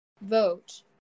vote